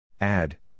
Add